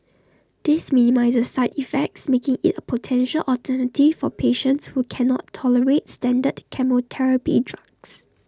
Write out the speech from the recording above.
this minimises side effects making IT A potential alternative for patients who can not tolerate standard chemotherapy drugs